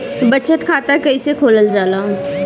बचत खाता कइसे खोलल जाला?